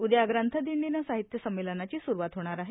उद्या ग्रंथ दिंडीने साहित्य संमेलनाची सुरूवात होणार आहे